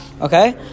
Okay